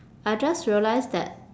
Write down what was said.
I just realised that